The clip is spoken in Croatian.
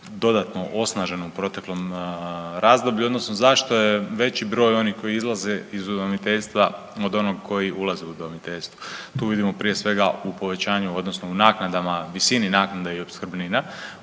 dodatno osnaženo u proteklom razdoblju, odnosno zašto je veći broj onih koji izlaze iz udomiteljstva od onog koji ulaze u udomiteljstvo. Tu vidimo prije svega u povećanju, odnosno naknadama, visini naknada i opskrbnina